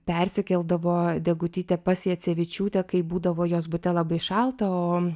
persikeldavo degutytė pas jacevičiūtę kai būdavo jos bute labai šalta o